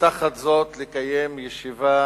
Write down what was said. ותחת זאת לקיים ישיבה